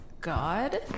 God